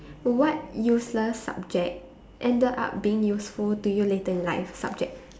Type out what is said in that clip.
what useless subject ended up being useful to you later in life subject